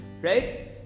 right